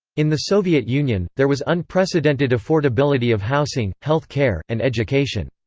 in the soviet union, there was unprecedented affordability of housing, health care, and education.